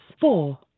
Four